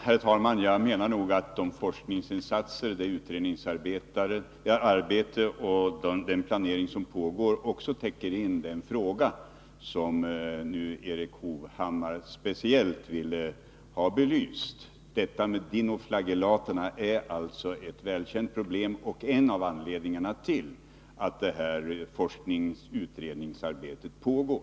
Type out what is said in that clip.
Herr talman! Jag menar att de forskningsinsatser, det utredningsarbete och den planering som pågår också täcker in den fråga som Erik Hovhammar nu speciellt vill ha belyst. Detta med dinoflagellater är ett välkänt problem och en av anledningarna till att det här forskningsoch utredningsarbetet pågår.